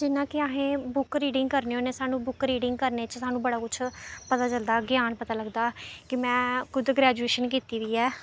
जियां केह् अहें बुक रीडिंग करने होन्ने सानूं बुक रीडिंग करने च सानूं बड़ा कुछ पता चलदा ज्ञान पता लगदा कि में खुद ग्रैजुएशन कीती दी ऐ